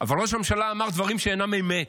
אבל ראש הממשלה אמר דברים שהם אינם אמת.